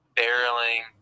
barreling